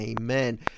Amen